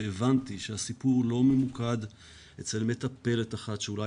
והבנתי שהסיפור לא ממוקד אצל מטפלת אחת שאולי